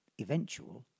eventual